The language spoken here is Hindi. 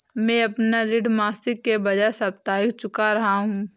मैं अपना ऋण मासिक के बजाय साप्ताहिक चुका रहा हूँ